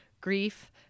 grief